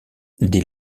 dès